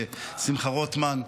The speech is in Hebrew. לשמחה רוטמן,